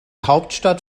hauptstadt